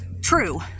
true